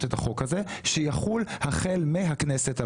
את החוק הזה שיחול החל מהכנסת הבאה.